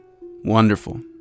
wonderful